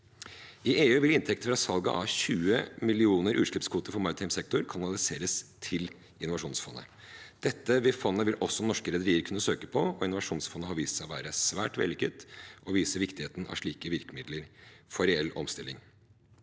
I EU vil inntekter fra salget av 20 millioner utslippskvoter for maritim sektor kanaliseres til innovasjonsfondet. Dette fondet vil også norske rederier kunne søke på. Innovasjonsfondet har vist seg å være svært vellykket og viser viktigheten av slike virkemidler for reell omstilling.